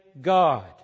God